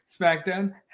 SmackDown